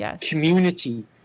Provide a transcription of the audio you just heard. community